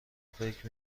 فکر